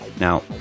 Now